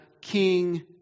King